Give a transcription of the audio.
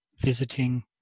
visiting